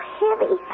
heavy